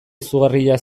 izugarria